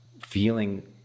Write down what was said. feeling